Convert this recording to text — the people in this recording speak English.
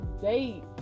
date